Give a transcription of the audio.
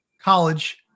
College